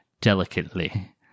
delicately